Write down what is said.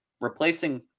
replacing